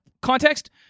context